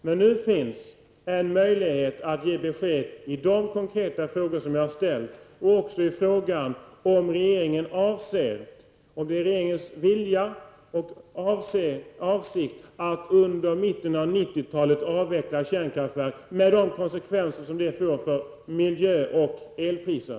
Men nu finns möjlighet att ge besked på de konkreta frågor som jag ställt och också i frågan om det är regeringens vilja och avsikt att i mitten av 90-talet avveckla kärnkraftverk med de konsekvenser det får för miljö och elpriser.